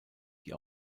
die